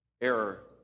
error